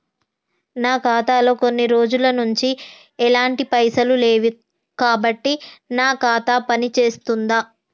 నా ఖాతా లో కొన్ని రోజుల నుంచి ఎలాంటి పైసలు లేవు కాబట్టి నా ఖాతా పని చేస్తుందా?